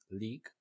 league